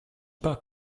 pas